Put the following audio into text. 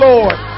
Lord